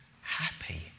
happy